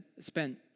spent